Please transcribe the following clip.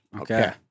Okay